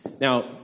Now